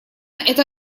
это